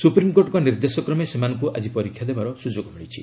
ସୁପ୍ରିମ୍କୋର୍ଟଙ୍କ ନିର୍ଦ୍ଦେଶ କ୍ରମେ ସେମାନଙ୍କୁ ଆଜି ପରୀକ୍ଷା ଦେବାର ସୁଯୋଗ ମିଳିଛି